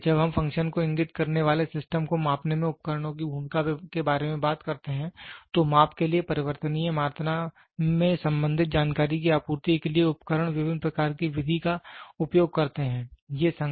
इसलिए जब हम फ़ंक्शन को इंगित करने वाले सिस्टम को मापने में उपकरणों की भूमिका के बारे में बात करते हैं तो माप के लिए परिवर्तनीय मात्रा से संबंधित जानकारी की आपूर्ति के लिए उपकरण विभिन्न प्रकार की विधि का उपयोग करते हैं